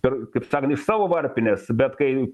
per kaip sakant iš savo varpinės bet kai